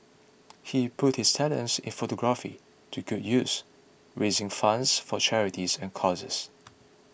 he put his talents in photography to good use raising funds for charities and causes